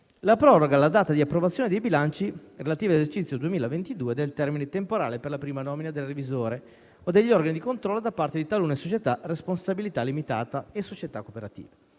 la proroga della data di approvazione dei bilanci relativi all'esercizio 2022 e del termine temporale per la prima nomina del revisore o degli organi di controllo da parte di talune società a responsabilità limitata e società cooperative;